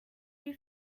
you